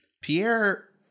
Pierre